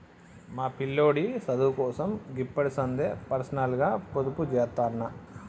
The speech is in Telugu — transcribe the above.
మా పిల్లోడి సదువుకోసం గిప్పడిసందే పర్సనల్గ పొదుపుజేత్తన్న